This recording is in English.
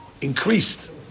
increased